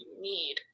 need